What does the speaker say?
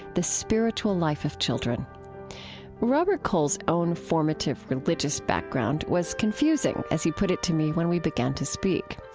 the spiritual life of children robert coles's own formative religious background was confusing, as he put it to me when we began to speak.